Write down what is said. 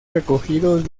recogidos